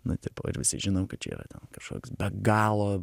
nu tipo ir visi žinom kad čia yra kažkoks be galo